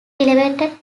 elevated